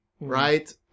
right